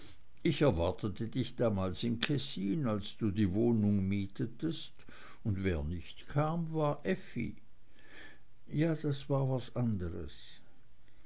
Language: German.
ich erwartete dich damals in kessin als du die wohnung mietetest und wer nicht kam war effi ja das war was anderes